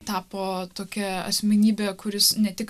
tapo tokia asmenybe kuris ne tik